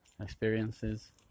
experiences